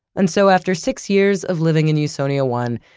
and so, after six years of living in usonia one,